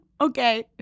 Okay